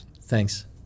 Thanks